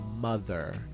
mother